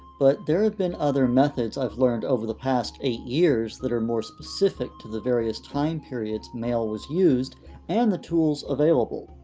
but there have been other methods i've learned over the past eight years that are more specific to the various time periods when maille was used and the tools available.